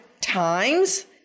times